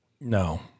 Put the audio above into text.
No